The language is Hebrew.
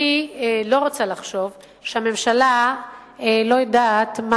אני לא רוצה לחשוב שהממשלה לא יודעת מה